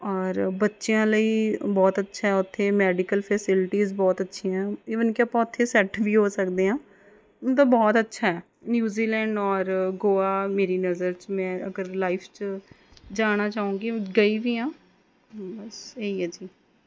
ਔਰ ਬੱਚਿਆਂ ਲਈ ਬਹੁਤ ਅੱਛਾ ਹੈ ਉੱਥੇ ਮੈਡੀਕਲ ਫੈਸਿਲਿਟੀਜ਼ ਬਹੁਤ ਅੱਛੀਆਂ ਇਵਨ ਕਿ ਆਪਾਂ ਉੱਥੇ ਸੈੱਟ ਵੀ ਹੋ ਸਕਦੇ ਹਾਂ ਮਤਲਬ ਬਹੁਤ ਅੱਛਾ ਹੈ ਨਿਊਜ਼ੀਲੈਂਡ ਔਰ ਗੋਆ ਮੇਰੀ ਨਜ਼ਰ 'ਚ ਮੈਂ ਅਗਰ ਲਾਈਫ 'ਚ ਜਾਣਾ ਚਾਹੂੰਗੀ ਗਈ ਵੀ ਹਾਂ ਬਸ ਇਹੀ ਹੈ ਜੀ